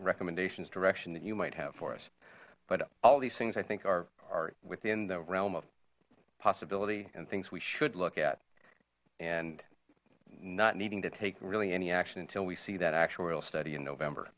recommendations direction that you might have for us but all these things i think are within the realm of possibility and things we should look at and not needing to take really any action until we see that actuarial study in november